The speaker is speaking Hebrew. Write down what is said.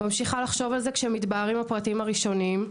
ממשיכה לחשוב על זה כשמתבהרים הפרטים הראשונים,